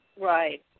Right